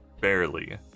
barely